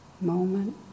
moment